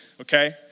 okay